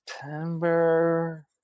September